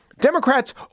Democrats